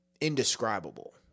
indescribable